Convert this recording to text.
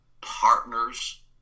Partners